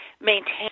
maintain